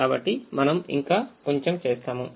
కాబట్టి మనము ఇంకా కొంచెం చేస్తాము